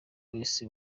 wese